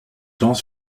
temps